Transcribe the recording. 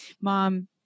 Mom